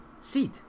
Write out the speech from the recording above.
seed